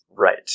Right